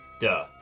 Duh